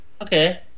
Okay